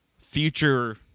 future